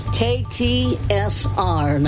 ktsr